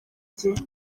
gihe